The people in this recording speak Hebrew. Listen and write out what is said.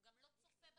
הוא גם לא צופה בצילומים,